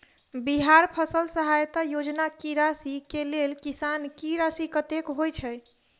बिहार फसल सहायता योजना की राशि केँ लेल किसान की राशि कतेक होए छै?